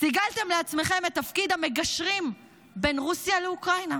סיגלתם לעצמכם את תפקיד המגשרים בין רוסיה לאוקראינה.